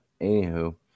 Anywho